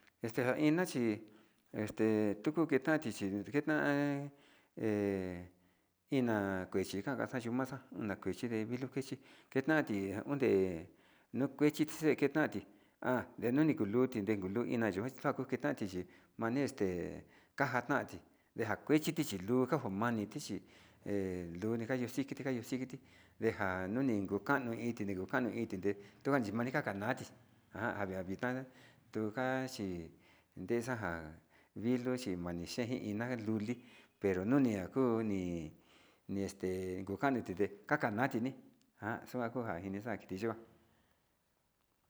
Este nja ina chi este kutu ke'e nachi xhi kena'a he ina kuechi njan yukuu nuu maxa'a nakue vilu kuechi ndenati onde nuke xhichi nuke nati, ha nuni kuu luu kune vina'a yo'o kuan xaku xuachi tii mani este kanja tanti ndeja kuechiti ti luu kanjan mani xhi he luu kayu xikiti kayu xikiti, ndeja nuni ndeku kano inite ndeku kanu ndijite tukan nuna kanati njan anavitan tunjan chi ndejan vilo tochi manxhe vitna, luli pero nunia ha kuu koni este kunjanite kakalu natini njan xukakuja nixan kiti yikuan.